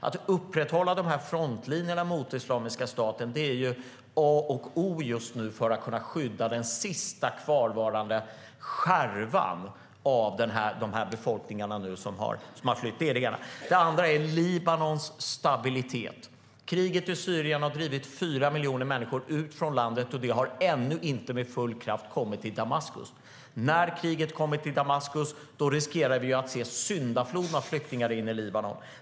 Att upprätthålla frontlinjerna mot Islamiska staten är A och O för att kunna skydda den sista kvarvarande skärvan av de befolkningar som nu har flytt. Det är det ena. Det andra är Libanons stabilitet. Kriget i Syrien har drivit 4 miljoner människor ut från landet, och det har ännu inte med full kraft kommit till Damaskus. När kriget kommer till Damaskus riskerar vi att få se en syndaflod av flyktingar in i Libanon.